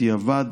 בדיעבד,